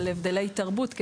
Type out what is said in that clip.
על הבדלי תרבות,